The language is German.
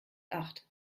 acht